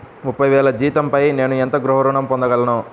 ముప్పై వేల జీతంపై నేను ఎంత గృహ ఋణం పొందగలను?